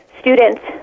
students